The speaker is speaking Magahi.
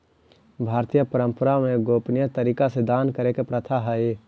भारतीय परंपरा में गोपनीय तरीका से दान करे के प्रथा हई